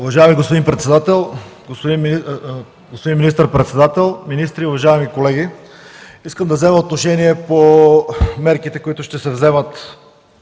Уважаеми господин председател, господин министър-председател, министри, уважаеми колеги! Искам да взема отношение по мерките, които ще се вземат